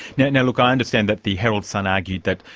yeah now, look, i understand that the herald sun argued that,